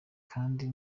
kandi